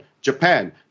Japan